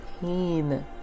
pain